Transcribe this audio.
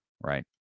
right